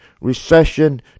recession